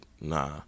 Nah